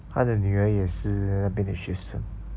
他的女儿也是那边的学生